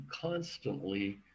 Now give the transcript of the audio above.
constantly